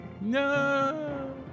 No